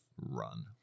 run